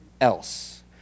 else